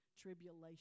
Tribulation